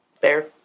Fair